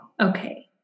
okay